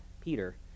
Peter